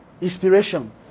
inspiration